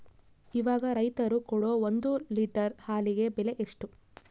ಇವಾಗ ರೈತರು ಕೊಡೊ ಒಂದು ಲೇಟರ್ ಹಾಲಿಗೆ ಬೆಲೆ ಎಷ್ಟು?